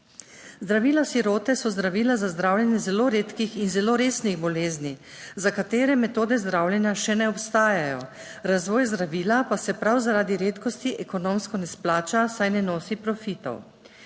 Zdravila sirote so zdravila za zdravljenje zelo redkih in zelo resnih bolezni, za katere metode zdravljenja še ne obstajajo, razvoj zdravila pa se prav zaradi redkosti ekonomsko ne splača, saj ne nosi profitov.